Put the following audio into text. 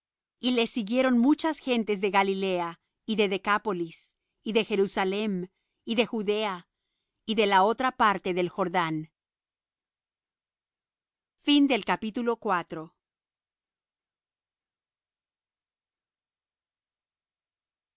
y le siguieron muchas gentes de galilea y de decápolis y de jerusalem y de judea y de la otra parte del jordán y